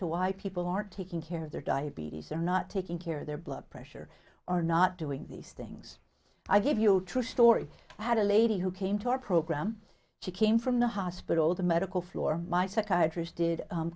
to why people aren't taking care of their diabetes or not taking care of their blood pressure or not doing these things i gave you trust laurie i had a lady who came to our program she came from the hospital the medical floor my psychiatrist did